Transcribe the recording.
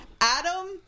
adam